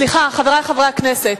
סליחה, חברי חברי הכנסת.